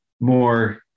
more